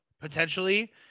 potentially